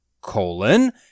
colon